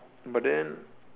but then